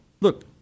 look